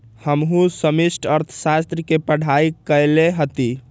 हमहु समष्टि अर्थशास्त्र के पढ़ाई कएले हति